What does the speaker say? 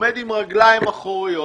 עומד על הרגליים האחוריות.